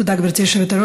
תודה, גברתי היושבת-ראש.